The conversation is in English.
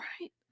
right